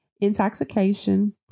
intoxication